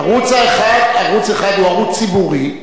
ערוץ-1 הוא ערוץ ציבורי,